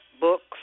books